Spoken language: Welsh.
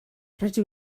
rydw